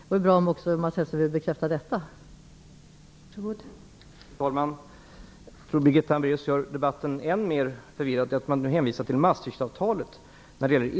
Det vore bra om Mats Hellström ville bekräfta också detta.